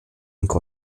dessen